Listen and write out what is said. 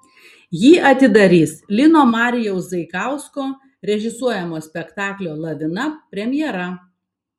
jį atidarys lino marijaus zaikausko režisuojamo spektaklio lavina premjera